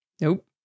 Nope